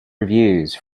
reviews